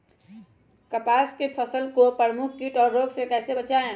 कपास की फसल को प्रमुख कीट और रोग से कैसे बचाएं?